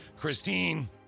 Christine